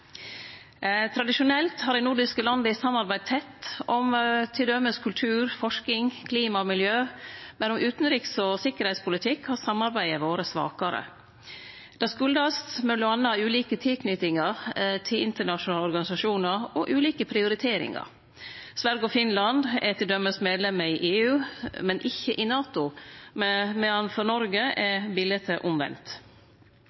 Tradisjonelt har dei nordiske landa samarbeidd tett om t.d. kultur, forsking, klima og miljø, men om utanriks- og sikkerheitspolitikk har samarbeidet vore svakare. Det kjem m.a. av ulike tilknytingar til internasjonale organisasjonar og ulike prioriteringar. Sverige og Finland er t.d. medlemer i EU, men ikkje i NATO, medan for Noreg